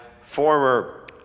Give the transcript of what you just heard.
former